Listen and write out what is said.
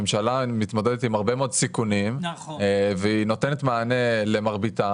הממשלה מתמודדת עם הרבה מאוד סיכונים והיא נותנת מענה למרביתם.